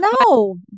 No